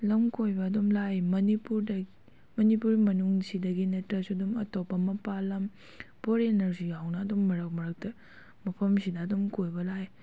ꯂꯝ ꯀꯣꯏꯕ ꯑꯗꯨꯝ ꯂꯥꯛꯏ ꯃꯅꯤꯄꯨꯔꯗ ꯃꯅꯤꯄꯨꯔ ꯃꯅꯨꯡꯁꯤꯗꯒꯤ ꯅꯠꯇ꯭ꯔꯁꯨ ꯑꯗꯨꯝ ꯑꯇꯣꯞꯄ ꯃꯄꯥꯜ ꯂꯝ ꯐꯣꯔꯦꯟꯅꯔꯁꯨ ꯌꯥꯎꯅ ꯑꯗꯨꯝ ꯃꯔꯛ ꯃꯔꯛꯇ ꯃꯐꯝꯁꯤꯗ ꯑꯗꯨꯝ ꯀꯣꯏꯕ ꯂꯥꯛꯑꯦ